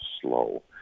slow